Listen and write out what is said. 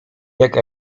jak